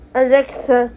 alexa